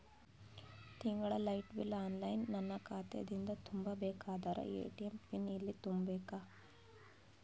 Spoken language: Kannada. ತಿಂಗಳ ಲೈಟ ಬಿಲ್ ಆನ್ಲೈನ್ ನನ್ನ ಖಾತಾ ದಿಂದ ತುಂಬಾ ಬೇಕಾದರ ಎ.ಟಿ.ಎಂ ಪಿನ್ ಎಲ್ಲಿ ತುಂಬೇಕ?